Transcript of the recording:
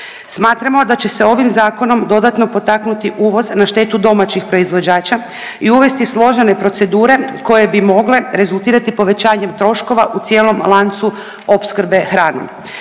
Smatramo da će se ovim zakonom dodatno potaknuti uvoz na štetu domaćih proizvođača i uvesti složene procedure koje bi mogle rezultirati povećanjem troškova u cijelom lancu opskrbe hranom.